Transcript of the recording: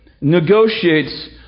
negotiates